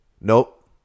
Nope